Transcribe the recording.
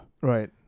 right